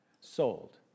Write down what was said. Sold